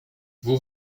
vous